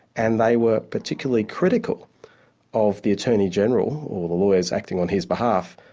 and they were particularly critical of the attorney-general, or the lawyers acting on his behalf,